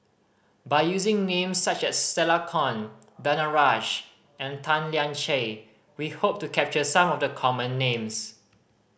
by using names such as Stella Kon Danaraj and Tan Lian Chye We hope to capture some of the common names